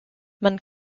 man